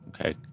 Okay